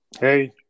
hey